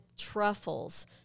Truffles